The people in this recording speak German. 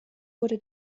wurde